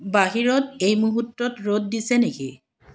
বাহিৰত এই মুহূৰ্তত ৰ'দ দিছে নেকি